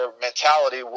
mentality